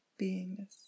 beingness